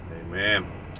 amen